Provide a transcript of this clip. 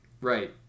Right